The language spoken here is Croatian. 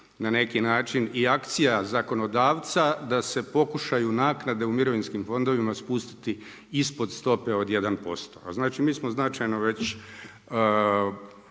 na neki način i akcija zakonodavca da se pokušaju naknade u mirovinskim fondovima spustiti ispod stope od 1%. A znači mi smo značajno već